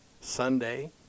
Sunday